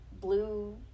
blue